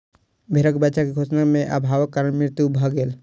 भेड़क बच्चा के पोषण में अभावक कारण मृत्यु भ गेल